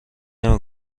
نمی